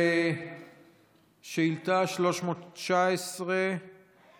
לשאילתה 319. רגע,